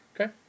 Okay